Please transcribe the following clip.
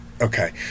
Okay